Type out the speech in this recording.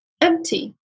empty